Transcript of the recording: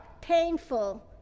painful